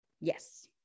Yes